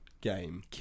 game